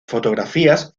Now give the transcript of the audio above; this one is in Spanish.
fotografías